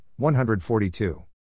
142